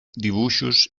dibuixos